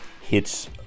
hits